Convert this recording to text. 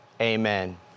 amen